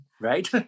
right